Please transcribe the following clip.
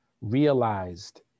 realized